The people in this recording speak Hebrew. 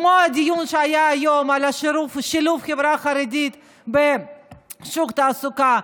כמו הדיון שהיה היום על שילוב החברה החרדית בשוק התעסוקה,